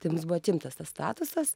tai mums buvo atimtas tas statusas